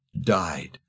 died